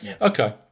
Okay